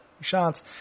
shots